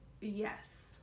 yes